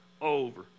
Over